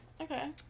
Okay